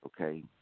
okay